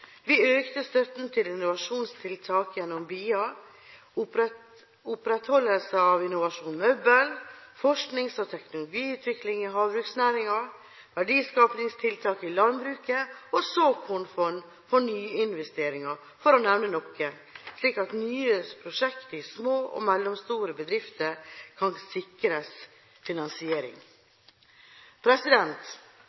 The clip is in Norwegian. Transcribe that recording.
Vi økte støtten til innovasjonstiltak gjennom BIA, opprettholdelse av Innovasjon Møbel, forsknings- og teknologiutvikling i havbruksnæringen, verdiskapingstiltak i landbruket og såkornfond for nyinvesteringer – for å nevne noe – slik at nye prosjekter i små og mellomstore bedrifter kan sikres finansiering.